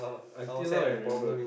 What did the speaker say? until now I remember